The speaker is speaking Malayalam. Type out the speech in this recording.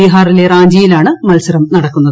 ബീഹാറിലെറാഞ്ചിയിലാണ്മത്സരം നടക്കുന്നത്